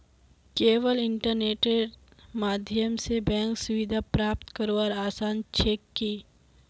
केवल इन्टरनेटेर माध्यम स बैंक सुविधा प्राप्त करवार आसान छेक की